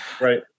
right